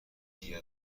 دیگر